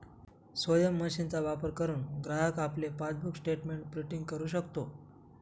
स्वयम मशीनचा वापर करुन ग्राहक आपले पासबुक स्टेटमेंट प्रिंटिंग करु शकतो